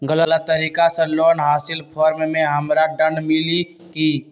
गलत तरीका से लोन हासिल कर्म मे हमरा दंड मिली कि?